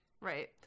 Right